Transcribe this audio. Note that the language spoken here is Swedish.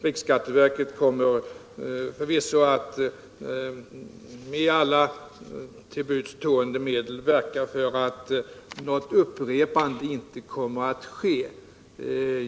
Riksskatteverket kommer förvisso att med alla till buds stående medel verka för att något upprepande inte skall ske.